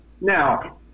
Now